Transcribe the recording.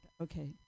okay